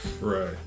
Right